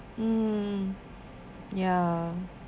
mm ya